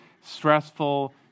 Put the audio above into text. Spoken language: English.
stressful